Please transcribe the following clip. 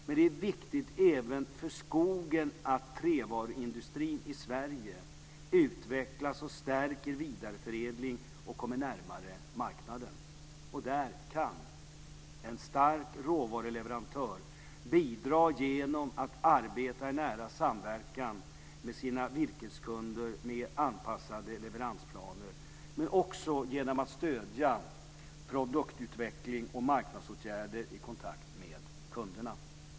Men det är viktigt även för skogen att trävaruindustrin i Sverige utvecklas och stärker vidareförädling och kommer närmare marknaden. Där kan en stark råvaruleverantör bidra genom att arbeta i nära samverkan med sina virkeskunder med anpassade leveransplaner och också genom att stödja produktutveckling och marknadsåtgärder i kontakt med kunderna.